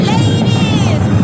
Ladies